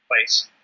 place